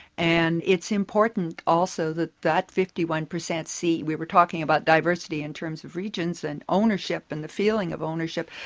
and it's important also that that fifty one per cent see. we were talking about diversity in terms of regions and ownership and the feeling of ownership,